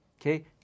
okay